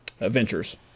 adventures